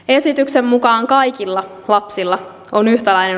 esityksen mukaan kaikilla lapsilla on yhtäläinen